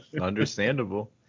Understandable